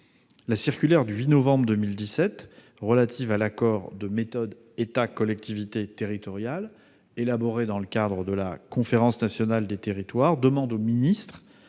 La circulaire du 8 novembre 2017 relative à l'accord de méthode entre l'État et les collectivités territoriales élaboré dans le cadre de la Conférence nationale des territoires, demande au ministre,